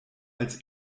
als